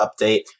update